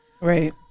Right